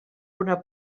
una